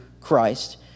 Christ